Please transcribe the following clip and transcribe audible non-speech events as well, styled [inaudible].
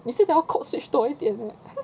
你记得要 code switch 多一点 leh [laughs]